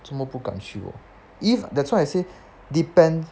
做么不敢去 hor if that's why I say depends